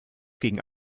gegen